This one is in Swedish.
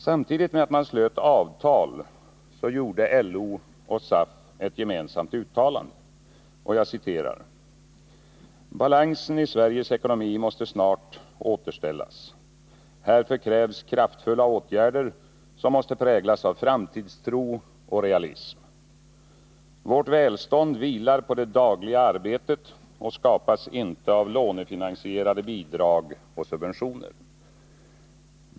Samtidigt med att man slöt avtal gjorde LO och SAF ett gemensamt uttalande: ”Balansen i Sveriges ekonomi måste snart återställas. Härför krävs kraftfulla åtgärder som måste präglas av framtidstro och realism. Vårt välstånd vilar på det dagliga arbetet och skapas inte av lånefinansierade bidrag och subventioner.